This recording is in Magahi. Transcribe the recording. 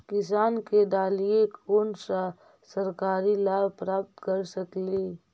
किसान के डालीय कोन सा सरकरी लाभ प्राप्त कर सकली?